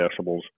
decibels